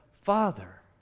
Father